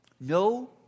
No